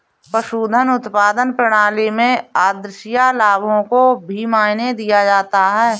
पशुधन उत्पादन प्रणाली में आद्रशिया लाभों को भी मायने दिया जाता है